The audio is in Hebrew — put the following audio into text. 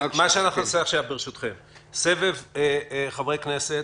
נעשה עכשיו, ברשותכם, סבב חברי כנסת.